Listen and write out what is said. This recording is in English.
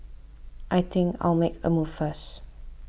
I think I'll make a move first